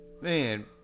Man